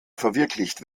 verwirklicht